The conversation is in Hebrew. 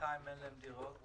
שבינתיים אין להם דירות,